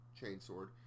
Chainsword